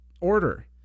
order